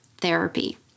therapy